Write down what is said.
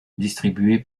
distribué